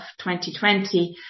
2020